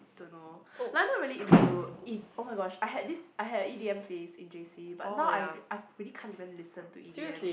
don't know like I'm not really into E oh-my-gosh I had this I had a E_D_M phase in J_C but now I I really can't even listen to E_D_M